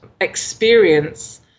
experience